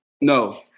No